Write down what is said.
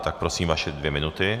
Tak prosím vaše dvě minuty.